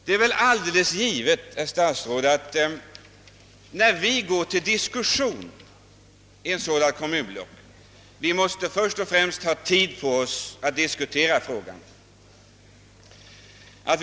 Det är väl alldeles givet, herr statsråd, att vi, när vi går att diskutera ett sådant kommunblock först och främst måste ha tid till detta.